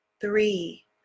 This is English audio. three